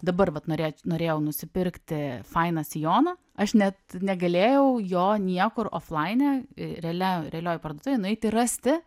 dabar vat norė norėjau nusipirkti fainą sijoną aš net negalėjau jo niekur oflaine realia realioj parduotuvej nueiti rasti